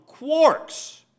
quarks